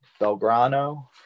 Belgrano